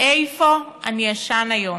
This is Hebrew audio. איפה אשן היום?